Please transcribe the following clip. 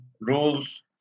rules